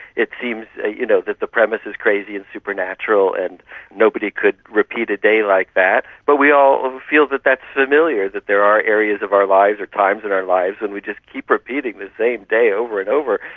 it seems you know that the premise is crazy and supernatural and nobody could repeat a day like that, but we all feel that that's familiar, that there are areas of our lives or times in our lives when we just keep repeating the same day over and over,